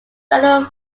federal